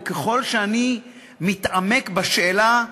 וככל שאני מתעמק בשאלה הזאת,